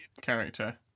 character